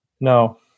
No